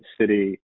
city